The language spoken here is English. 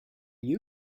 you